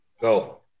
go